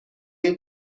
این